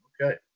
Okay